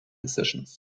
decisions